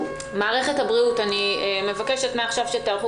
מערכת הבריאות אני מבקשת כבר עכשיו שתיערכו